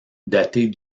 datée